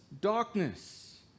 darkness